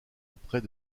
auprès